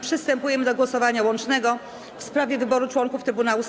Przystępujemy do głosowania łącznego w sprawie wyboru członków Trybunału Stanu.